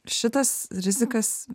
šitas rizikas